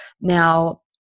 Now